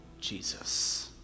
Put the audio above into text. Jesus